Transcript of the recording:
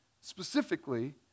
specifically